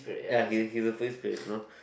ya he he is a free spirit you know